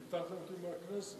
פיטרתם אותי מהכנסת,